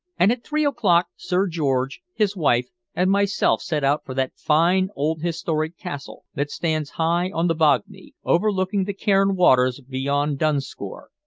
and at three o'clock sir george, his wife, and myself set out for that fine old historic castle that stands high on the bognie, overlooking the cairn waters beyond dunscore,